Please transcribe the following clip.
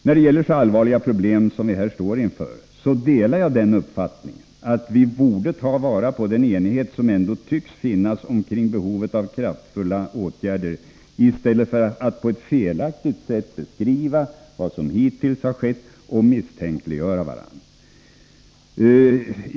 När det gäller så allvarliga problem som dem som vi här står inför har jag uppfattningen att vi borde ta vara på den enighet som ändå tycks finnas om behovet av kraftfulla åtgärder, i stället för att på ett felaktigt sätt beskriva vad som hittills har skett och misstänkliggöra varandra.